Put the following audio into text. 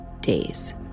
days